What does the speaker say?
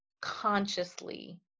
consciously